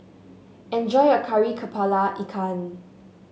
enjoy your Kari kepala Ikan